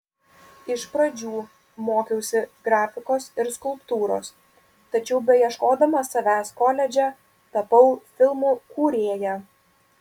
iš pradžių mokiausi grafikos ir skulptūros tačiau beieškodama savęs koledže tapau filmų kūrėja